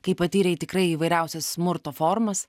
kai patyrei tikrai įvairiausias smurto formas